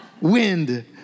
wind